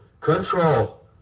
control